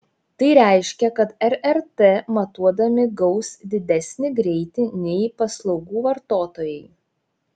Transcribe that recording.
tai reiškia kad rrt matuodami gaus didesnį greitį nei paslaugų vartotojai